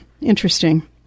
Interesting